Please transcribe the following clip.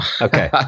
Okay